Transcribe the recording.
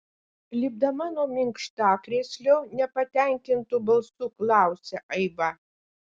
lipdama nuo minkštakrėslio nepatenkintu balsu klausia aiva